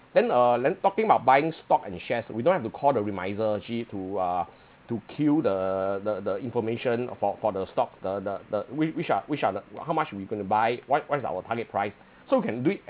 then uh then talking about buying stocks and shares we don't have to call the remisier actually to uh to queue the the the information of for for the stock the the the whi~ which are which are the how much we going to buy what what is our target price so we can do it